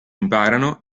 imparano